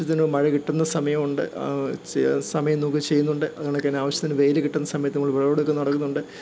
ആവശ്യത്തിന് മഴ കിട്ടുന്ന സമയമുണ്ട് സമയം നോക്കി ചെയ്യുന്നുണ്ട് അതേകണക്കിനാവശ്യത്തിന് വെയില് കിട്ടുന്ന സമയത്ത് നമ്മള് വിളവെടുക്കല് നടത്തുന്നുണ്ട്